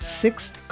sixth